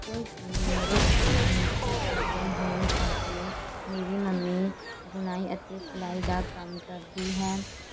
ਕਿਉਂਕੀ ਮੇਰੇ ਘਰ ਦਾ ਨਿੱਜੀ ਪ੍ਰੋਬਲਮ ਹੋਣ ਕਰਕੇ ਮੇਰੀ ਮੰਮੀ ਬੁਣਾਈ ਅਤੇ ਸਿਲਾਈ ਦਾ ਕੰਮ ਕਰਦੀ ਹੈ